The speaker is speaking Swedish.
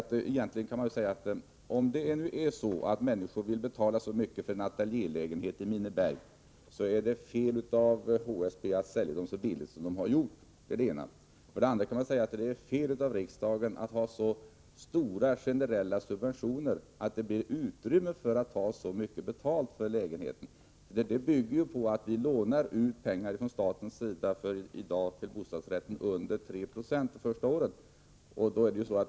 För det första kan man väl säga att om människor vill betala så mycket som här nämns för en ateljélägenhet i Minneberg, är det fel av HSB att sälja lägenheterna så billigt som man har gjort. För det andra är det fel av riksdagen att medverka till så stora generella subventioner att det blir utrymme för höga priser på lägenheterna. Det hela bygger ju på att staten i dag lånar ut pengar till bostadsrätter, till en ränta som ligger under 3 90 de första åren.